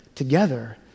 together